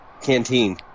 canteen